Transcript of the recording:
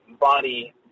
body